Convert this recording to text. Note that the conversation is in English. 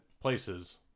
places